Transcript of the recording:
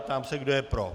Ptám se, kdo je pro.